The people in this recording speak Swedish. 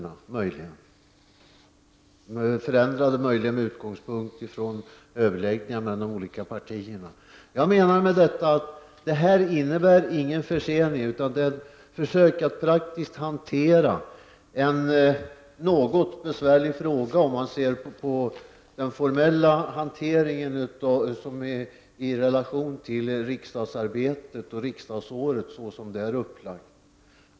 Det skulle möjligen bli något annorlunda med utgångspunkt i överläggningar mellan de olika partierna. Men detta innebär inte någon försening, utan det är ett försök att praktiskt hantera en något besvärlig fråga, om man ser på den formella hanteringen i relation till riksdagsarbetet och riksdagsåret så som det är upplagt.